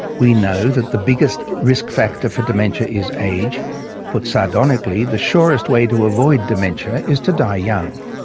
we know that the biggest risk factor for dementia is age put sardonically, the surest way to avoid dementia is to die young.